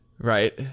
right